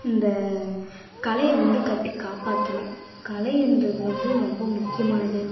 இந்தக் கலையை வந்து கட்டி காப்பாற்றணும் கலையின்றது வந்து ரொம்ப முக்கியமானது